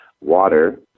water